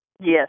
Yes